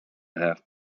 have